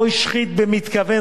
או השחית במתכוון